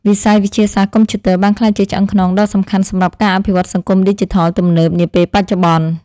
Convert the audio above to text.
វិស័យវិទ្យាសាស្ត្រកុំព្យូទ័របានក្លាយជាឆ្អឹងខ្នងដ៏សំខាន់សម្រាប់ការអភិវឌ្ឍសង្គមឌីជីថលទំនើបនាពេលបច្ចុប្បន្ន។